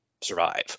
survive